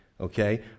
Okay